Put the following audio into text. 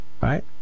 Right